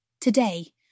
Today